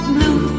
Blue